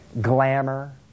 Glamour